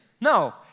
No